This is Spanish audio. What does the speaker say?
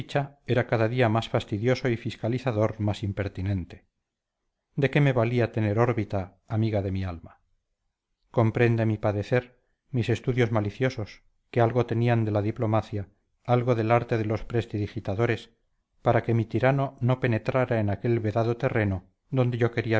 era cada día más fastidioso y fiscalizador más impertinente de qué me valía tener órbita amiga de mi alma comprende mi padecer mis estudios maliciosos que algo tenían de la diplomacia algo del arte de los prestidigitadores para que mi tirano no penetrara en aquel vedado terreno donde yo quería